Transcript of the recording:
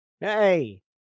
Hey